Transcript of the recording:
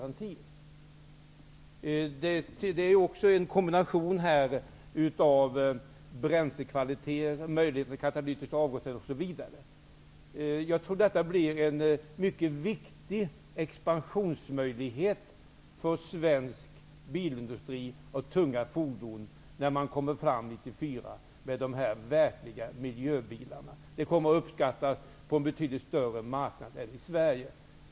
Det handlar om en kombination av bränslekvaliteter, möjligheter till katalytisk avgasrening, osv. Jag tror detta kommer att innebär en mycket viktig expansionsmöjlighet för svensk bilindustri av tunga fordon när man 1994 kommer fram med de verkliga ''miljöbilarna''. Bilarna kommer att uppskattas på en betydligt större marknad än den svenska.